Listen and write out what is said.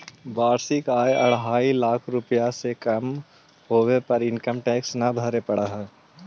वार्षिक आय अढ़ाई लाख रुपए से कम होवे पर इनकम टैक्स न भरे पड़ऽ हई